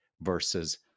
versus